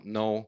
no